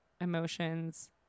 emotions